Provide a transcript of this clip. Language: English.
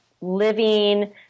living